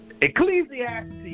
Ecclesiastes